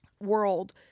world